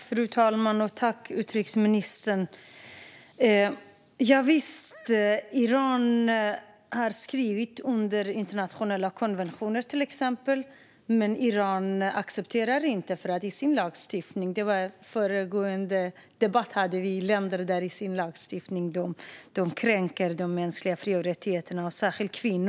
Fru talman! Tack, utrikesministern! Javisst, Iran har skrivit under internationella konventioner, men man accepterar dem inte. I föregående debatt talade vi just om länder som kränker de mänskliga fri och rättigheterna i sin lagstiftning.